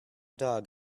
dog